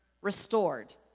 restored